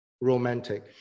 romantic